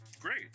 Great